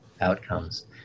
outcomes